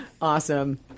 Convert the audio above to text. Awesome